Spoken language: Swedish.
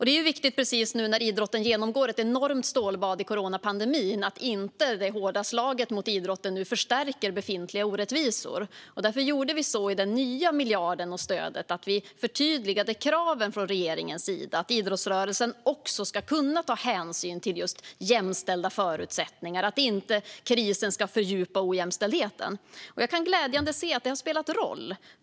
Det är viktigt precis nu när idrotten genomgår ett enormt stålbad i coronapandemin att detta hårda slag mot idrotten inte förstärker befintliga orättvisor. Därför gjorde vi så i den nya miljarden och stödet att vi förtydligade kraven från regeringens sida när det gäller att idrottsrörelsen också ska kunna ta hänsyn till just jämställda förutsättningar och att krisen inte ska fördjupa ojämställdheten. Jag är glad över att se att det har spelat roll.